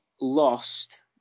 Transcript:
lost